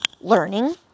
learning